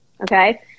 okay